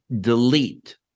delete